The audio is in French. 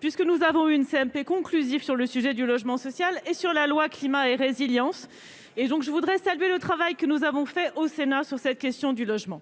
puisque nous avons eu une CMP conclusive sur le sujet du logement social et sur la loi climat et résilience et donc je voudrais saluer le travail que nous avons fait au Sénat sur cette question du logement,